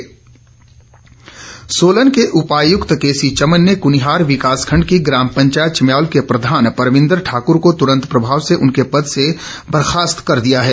पंचायत प्रधान सोलन के उपायुक्त के सी चमन ने कुनिहार विकास खंड की ग्राम पंचायत चम्यावल के प्रधान परमिंदर ठाकुर को तुरंत प्रभाव से उनके पद से बर्खास्त कर दिया है